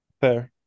Fair